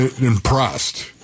impressed